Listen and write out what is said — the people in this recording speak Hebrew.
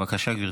בבקשה, גברתי.